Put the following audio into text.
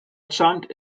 jumped